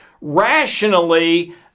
rationally